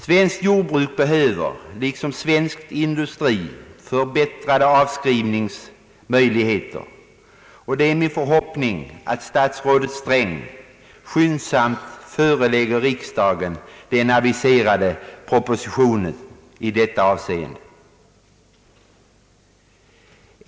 Svenskt jordbruk behöver liksom svensk industri förbättrade avskriv ningsmöjligheter, och det är min förhoppning att statsrådet Sträng skyndsamt kommer att förelägga riksdagen den aviserade propositionen i detta avseende.